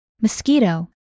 Mosquito